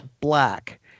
Black